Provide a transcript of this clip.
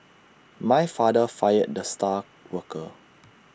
my father fired the star worker